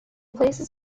places